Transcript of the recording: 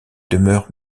demeure